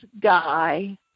guy